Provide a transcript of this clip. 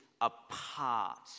apart